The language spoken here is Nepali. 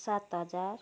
सात हजार